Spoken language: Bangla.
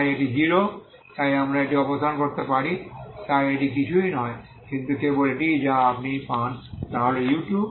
তাই এটি 0 তাই আমরা এটি অপসারণ করতে পারি তাই এটি কিছুই নয় কিন্তু কেবল এটিই যা আপনি পান তা হল u200